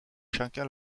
chacun